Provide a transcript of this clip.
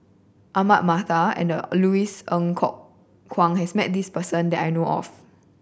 Ahmad Mattar and Louis Ng Kok Kwang has met this person that I know of